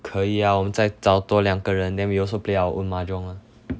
可以 ah 我们再找多两个人 then we also play our own mahjong lor